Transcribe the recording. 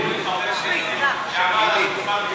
יואל, לא שמעתי אותך אומר, שעמד על הדוכן,